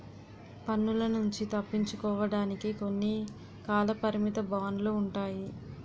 పన్నుల నుంచి తప్పించుకోవడానికి కొన్ని కాలపరిమిత బాండ్లు ఉంటాయి